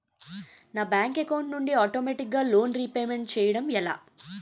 నా bank account నుండి ఆటోమేటిగ్గా లోన్ రీపేమెంట్ చేయడం ఎలా?